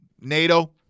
NATO